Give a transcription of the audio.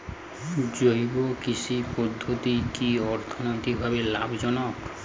জৈব কৃষি পদ্ধতি কি অর্থনৈতিকভাবে লাভজনক?